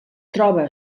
troba